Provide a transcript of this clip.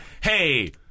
Hey